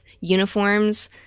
uniforms